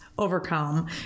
overcome